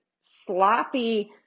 sloppy